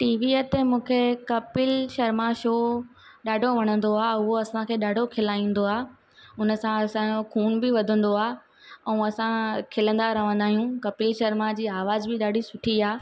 टीवीअ ते मूंखे कपिल शर्मा शो ॾाढो वणंदो आहे उहा असांखे ॾाढो खिलाईंदो आहे हुन सां असांजो खून बि वधंदो आहे ऐं असां खिलंदा रहंदा आहियूं कपिल शर्मा जी आवाज़ बि ॾाढी सुठी आ